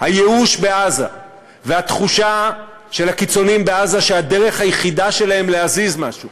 הייאוש בעזה והתחושה של הקיצונים בעזה שהדרך היחידה שלהם להזיז משהו